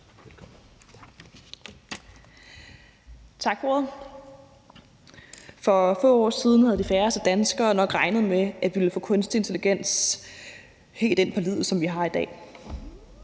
Tak for ordet. For få år siden havde de færreste danskerne nok regnet med, at vi ville få kunstig intelligens helt ind på livet, som vi har det i dag.